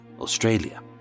Australia